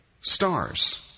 stars